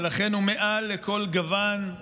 ולכן הוא מעל לכל גוון,